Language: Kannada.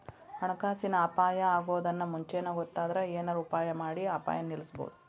ಹಣಕಾಸಿನ್ ಅಪಾಯಾ ಅಗೊದನ್ನ ಮುಂಚೇನ ಗೊತ್ತಾದ್ರ ಏನರ ಉಪಾಯಮಾಡಿ ಅಪಾಯ ನಿಲ್ಲಸ್ಬೊದು